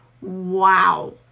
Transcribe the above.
Wow